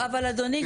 אבל אדוני,